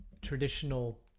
traditional